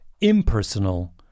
impersonal